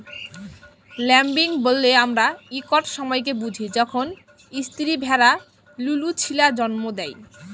lambing ব্যলে আমরা ইকট সময়কে বুঝি যখল ইস্তিরি ভেড়া লুলু ছিলা জল্ম দেয়